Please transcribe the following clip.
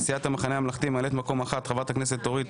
לסיעת המחנה הממלכתי ממלאת מקום אחת: חברת הכנסת אורית